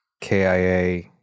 KIA